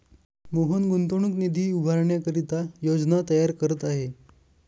मोहन गुंतवणूक निधी उभारण्याकरिता योजना तयार करत आहे